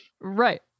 Right